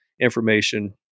information